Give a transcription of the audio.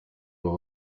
aba